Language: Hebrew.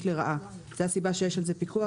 לרעה - זאת הסיבה שיש על זה פיקוח,